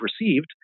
received